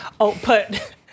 output